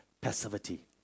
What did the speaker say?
passivity